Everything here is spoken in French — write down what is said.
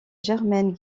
germaine